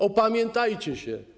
Opamiętajcie się.